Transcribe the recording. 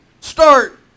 start